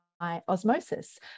osmosis